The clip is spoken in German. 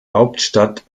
hauptstadt